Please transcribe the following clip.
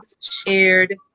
shared